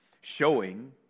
Showing